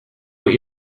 what